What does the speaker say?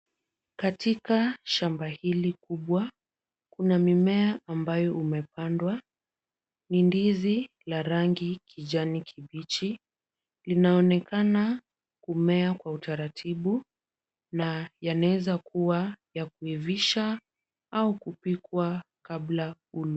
Katika shamba hili kubwa, kuna mimea ambayo umepandwa; ni ndizi la rangi kijani kibichi. Linaonekana kumea kwa utaratibu, na yanaweza kuwa ya kuivisha au kupikwa kabla ya kulwa.